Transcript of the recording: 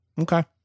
Okay